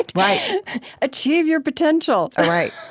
and right achieve your potential. right,